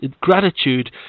Gratitude